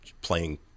playing